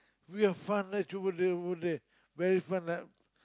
we have fun like to go the over there very fun like